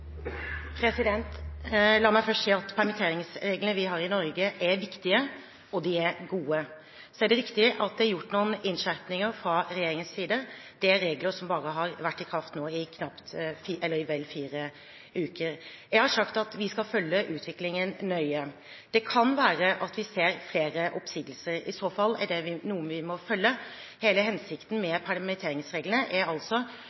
La meg først si at permitteringsreglene som vi har i Norge, er viktige, og de er gode. Så er det riktig at det er gjort noen innskjerpinger fra regjeringens side. Dette er regler som bare har vært i kraft i vel fire uker. Jeg har sagt at vi skal følge utviklingen nøye. Det kan være at vi ser flere oppsigelser. I så fall er dette noe vi må følge. Hele hensikten med permitteringsreglene er altså